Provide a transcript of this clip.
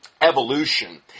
evolution